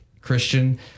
Christian